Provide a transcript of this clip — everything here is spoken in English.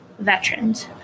veterans